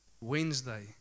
Wednesday